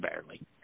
barely